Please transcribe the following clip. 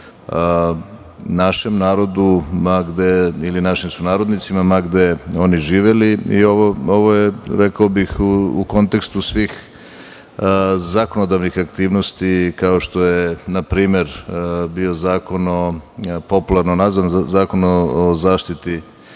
našem narodu ili našim sunarodnicima ma gde oni živeli i ovo je, rekao bih, u kontekstu svih zakonodavnih aktivnosti, kao što je na primer bio Zakon o, popularno nazvan, o zaštiti